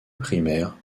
primaire